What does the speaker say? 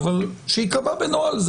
תודה, חבר הכנסת בגין, על